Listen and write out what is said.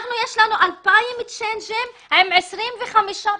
לנו יש 2,000 צ'יינג'ים עם 25 פקחים.